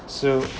so